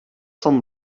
són